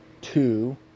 two